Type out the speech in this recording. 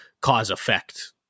cause-effect